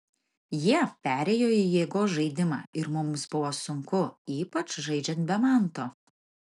jie perėjo į jėgos žaidimą ir mums buvo sunku ypač žaidžiant be manto